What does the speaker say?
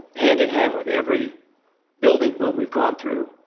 hand-in-hand with every building boom we've gone through,